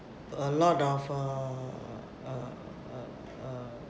a lot of uh uh uh uh